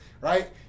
right